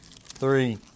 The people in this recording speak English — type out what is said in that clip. three